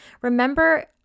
Remember